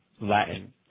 Latin